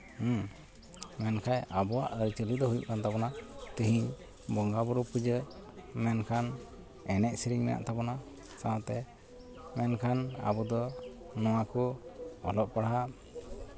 ᱦᱮᱸ ᱢᱮᱱᱠᱷᱟᱡ ᱟᱵᱚᱣᱟᱜ ᱟᱹᱨᱤᱼᱪᱟᱹᱞᱤ ᱫᱚ ᱦᱩᱭᱩᱜ ᱠᱟᱱ ᱛᱟᱵᱳᱱᱟ ᱛᱮᱦᱤᱧ ᱵᱚᱸᱜᱟᱼᱵᱳᱨᱳ ᱯᱩᱡᱟᱹ ᱢᱮᱱᱠᱷᱟᱱ ᱮᱱᱮᱡᱼᱥᱮᱨᱮᱧ ᱢᱮᱱᱟᱜ ᱛᱟᱵᱚᱱᱟ ᱥᱟᱶᱛᱮ ᱢᱮᱱᱠᱷᱟᱱ ᱟᱵᱚ ᱫᱚ ᱱᱚᱣᱟ ᱠᱚ ᱚᱞᱚᱜ ᱯᱟᱲᱦᱟᱜ